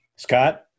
Scott